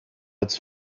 its